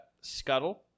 Scuttle